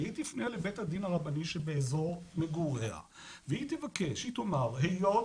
שהיא תפנה לבית הדין הרבני שבאזור מגוריה והיא תבקש ותאמר שהיות